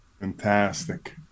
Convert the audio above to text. Fantastic